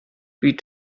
wie